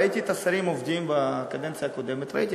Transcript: ראיתי את השרים עובדים בקדנציה הקודמת, ראיתי.